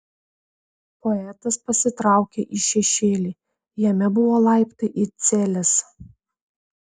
poetas pasitraukė į šešėlį jame buvo laiptai į celes